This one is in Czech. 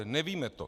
Nevíme to.